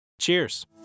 Cheers